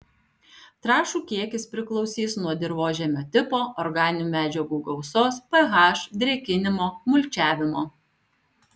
trąšų kiekis priklausys nuo dirvožemio tipo organinių medžiagų gausos ph drėkinimo mulčiavimo